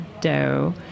dough